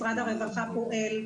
ישראל?